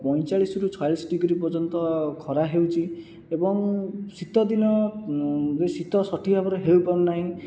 ପଞ୍ଚଚାଳିଶରୁ ଛୟାଳିଶ ଡିଗ୍ରୀ ପର୍ଯ୍ୟନ୍ତ ଖରା ହେଉଛି ଏବଂ ଶୀତଦିନରେ ଶୀତ ସଠିକ୍ ଭାବରେ ହୋଇ ପାରୁନାହିଁ